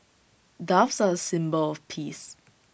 doves are A symbol of peace